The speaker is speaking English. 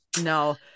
No